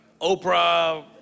Oprah